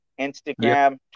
Instagram